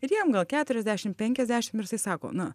ir jam gal keturiasdešimt penkiasdešimt ir jisai sako na